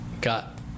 got